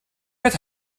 met